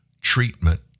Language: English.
treatment